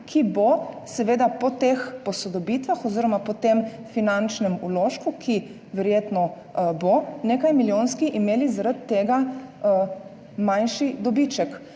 ki bo seveda po teh posodobitvah oziroma po tem finančnem vložku, ki verjetno bo nekajmilijonski, imel zaradi tega manjši dobiček.